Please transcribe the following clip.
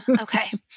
Okay